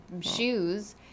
shoes